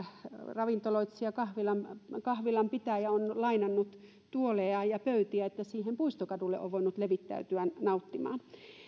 ravintoloitsija kahvilanpitäjä on lainannut tuoleja ja pöytiä että siihen puistokadulle on voinut levittäytyä nauttimaan